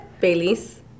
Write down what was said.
Bailey's